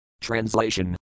Translation